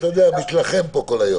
אני